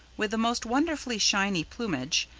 with the most wonderfully shiny plumage,